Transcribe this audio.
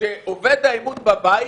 כשאובד האמון בבית,